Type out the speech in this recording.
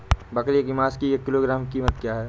बकरे के मांस की एक किलोग्राम की कीमत क्या है?